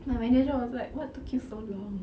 my manager was like what took you so long